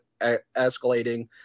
escalating